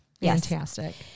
Fantastic